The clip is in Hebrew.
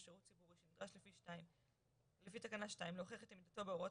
שירות ציבורי שנדרש לפי תקנה 2 להוכיח את עמידתו בהוראות